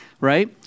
right